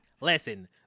listen